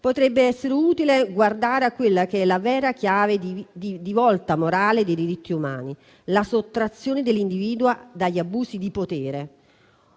potrebbe essere utile guardare a quella che è la vera chiave di volta morale dei diritti umani: la sottrazione dell'individuo dagli abusi di potere.